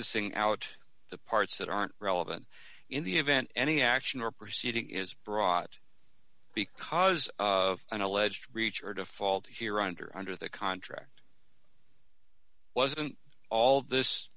sing out the parts that aren't relevant in the event any action or proceeding is brought because of an alleged breach or default here under under the contract was all this